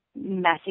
messy